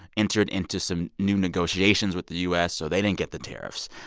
entered into some new negotiations with the u s. so they didn't get the tariffs.